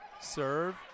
Serve